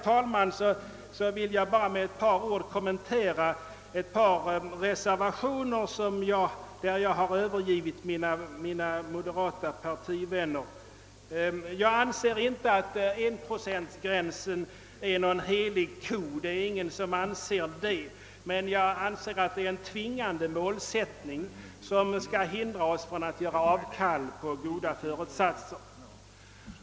Till sist vill jag med några ord kommentera en reservation där jag övergett mina moderata partivänner. Ingen anser väl att 1-procentsgränsen är en helig ko, men enligt min mening innebär den en nödvändig och tvingande målsättning som skall hindra oss att avstå från goda föresatser.